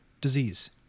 disease